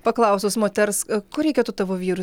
paklausus moters ko reikėtų tavo vyrui